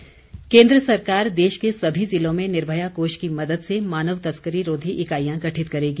निर्मया कोष केन्द्र सरकार देश के सभी ज़िलों में निर्भया कोष की मदद से मानव तस्करी रोधी इकाईयां गठित करेगी